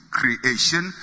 creation